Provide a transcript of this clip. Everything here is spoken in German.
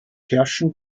herrschen